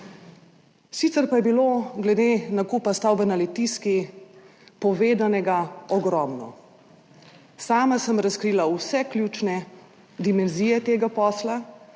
Sicer pa je bilo glede nakupa stavbe na Litijski povedanega ogromno. Sama sem razkrila vse ključne dimenzije tega posla,